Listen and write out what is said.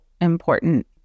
important